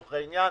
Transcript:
לצורך העניין,